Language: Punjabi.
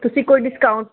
ਤੁਸੀਂ ਕੋਈ ਡਿਸਕਾਊਂਟ